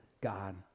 God